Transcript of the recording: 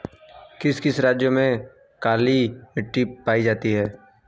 किस किस राज्य में काली मृदा पाई जाती है?